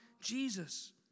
Jesus